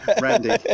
Randy